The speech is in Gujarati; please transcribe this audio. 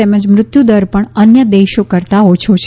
તેમજ મૃત્યુ દર પણ અન્ય દેશો કરવા ઓછો છે